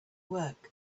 work